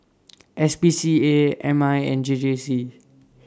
S P C A M I and J J C